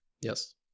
Yes